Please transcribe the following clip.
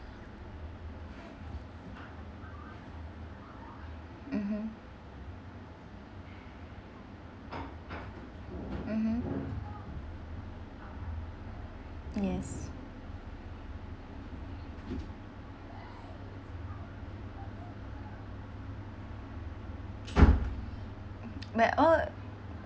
mmhmm mmhmm yes but all